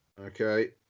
Okay